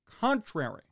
contrary